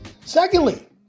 Secondly